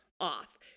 off